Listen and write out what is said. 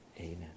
Amen